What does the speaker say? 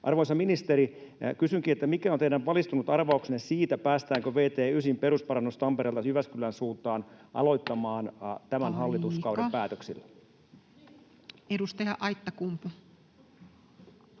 Arvoisa ministeri, kysynkin: mikä on teidän valistunut arvauksenne siitä, päästäänkö vt 9:n perusparannus Tampereelta Jyväskylän suuntaan aloittamaan tämän [Puhemies: Aika!] hallituskauden päätöksillä? Edustaja Aittakumpu.